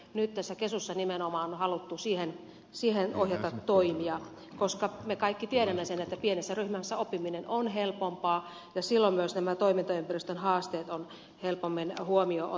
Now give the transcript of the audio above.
nyt tässä kesussa nimenomaan on haluttu siihen ohjata toimia koska me kaikki tiedämme sen että pienessä ryhmässä oppiminen on helpompaa ja silloin nämä toimintaympäristön haasteet on helpommin huomioon otettavissa